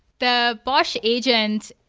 the bosh agent,